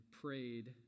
prayed